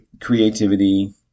creativity